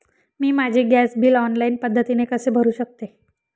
मी माझे gas bill online पद्धतीने कसे भरु शकते?